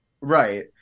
Right